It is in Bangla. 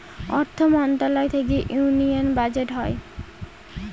অর্থ মন্ত্রণালয় থেকে ইউনিয়ান বাজেট হয়